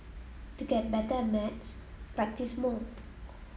to get better at maths practise more